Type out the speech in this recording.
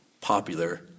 popular